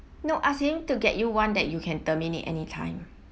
no ask him to get you one that you can terminate anytime